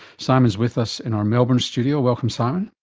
simon is with us in our melbourne studio, welcome simon.